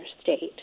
state